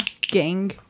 Gang